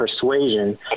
persuasion